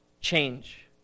change